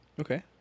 Okay